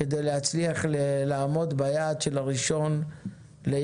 כדי להצליח לעמוד ביעד של 1.1.23,